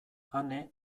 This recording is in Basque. ane